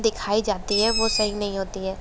दिखाई जाती हैं वो सही नहीं होती है